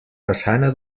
façana